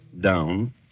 down